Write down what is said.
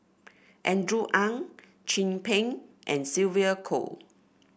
Andrew Ang Chin Peng and Sylvia Kho